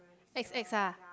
X X ah